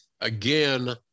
again